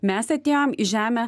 mes atėjom į žemę